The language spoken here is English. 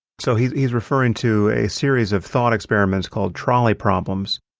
so he's he's referring to a series of thought experiments called trolley problems,